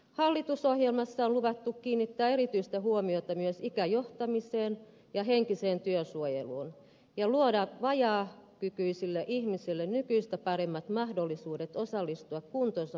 hallitusohjelmassa on luvattu kiinnittää erityistä huomiota myös ikäjohtamiseen ja henkiseen työsuojeluun ja luoda vajaakykyisille ihmisille nykyistä paremmat mahdollisuudet osallistua kuntonsa mukaan työelämään